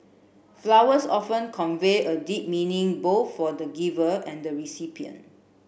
flowers often convey a deep meaning both for the giver and the recipient